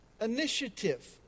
initiative